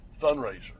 fundraiser